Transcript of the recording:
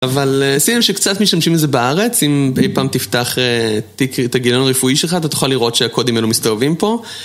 אבל שים לב שקצת משתמשים בזה בארץ אם אי פעם תפתח תיק את הגילון הרפואי שלך אתה תוכל לראות שהקודים האלו מסתובבים פה